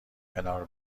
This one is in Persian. کنار